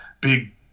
big